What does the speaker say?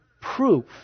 proof